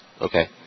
Okay